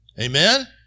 Amen